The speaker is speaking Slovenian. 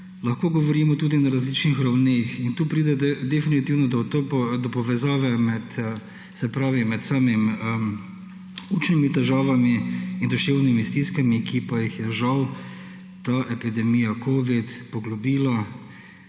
lahko govorimo tudi na različnih ravneh in tu pride definitivno do povezave med samimi učnimi težavami in duševnimi stiskami, ki pa jih je žal ta epidemija covida poglobila,